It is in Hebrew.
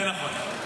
זה נכון.